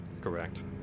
correct